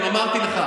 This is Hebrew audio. אמרתי לך,